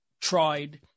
tried